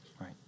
right